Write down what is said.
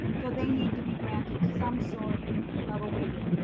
so they need to be granted some sort of a way with.